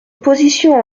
position